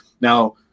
Now